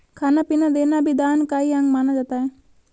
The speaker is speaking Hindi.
खाना पीना देना भी दान का ही अंग माना जाता है